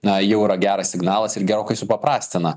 na jau yra geras signalas ir gerokai supaprastina